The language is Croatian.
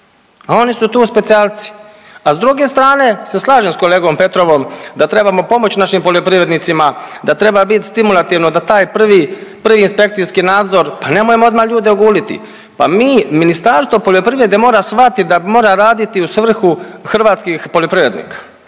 a oni su tu specijalci, a s druge strane se slažem s kolegom Petrovom da trebamo pomoć našim poljoprivrednicima, da treba bit stimulativno da taj prvi, prvi inspekcijski nadzor, pa nemojmo odma ljude oguliti, pa mi, Ministarstvo poljoprivrede mora shvatit da mora raditi u svrhu hrvatskih poljoprivrednika,